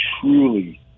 truly